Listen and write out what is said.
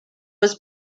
was